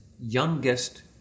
youngest